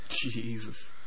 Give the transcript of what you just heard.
Jesus